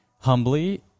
humbly